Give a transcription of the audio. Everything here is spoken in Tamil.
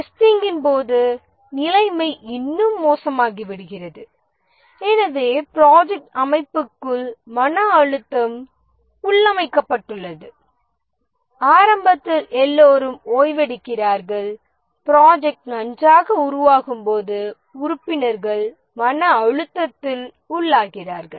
டெஸ்டிங்கின் போது நிலைமை இன்னும் மோசமாகி விடுகிறது எனவே ப்ராஜெக்ட் அமைப்புக்குள் மன அழுத்தம் உள்ளமைக்கப்பட்டுள்ளது ஆரம்பத்தில் எல்லோரும் ஓய்வெடுக்கிறார்கள் ப்ராஜெக்ட் நன்றாக உருவாகும்போது உறுப்பினர்கள் மன அழுத்தத்தில் உள்ளாகிறார்கள்